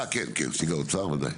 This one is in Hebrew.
אה, כן, נציג האוצר, וודאי.